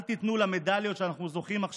אל תיתנו למדליות שאנחנו זוכים בהן